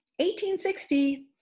1860